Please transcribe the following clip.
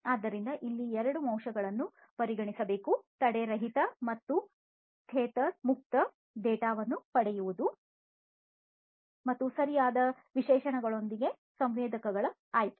ಆದ್ದರಿಂದ ಇಲ್ಲಿ ಎರಡು ಅಂಶಗಳುನ್ನು ಪರಿಗಣಿಸಬೇಕು ತಡೆರಹಿತ ಮತ್ತು ಟೆಥರ್ ಮುಕ್ತ ಡೇಟಾವನ್ನು ಪಡೆಯುವುದು ಮತ್ತು ಸರಿಯಾದ ವಿಶೇಷಣಗಳೊಂದಿಗೆ ಸಂವೇದಕಗಳ ಆಯ್ಕೆ